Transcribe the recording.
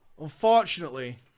unfortunately